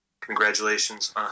Congratulations